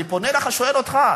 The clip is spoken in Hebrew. אני פונה אליך ושואל אותך: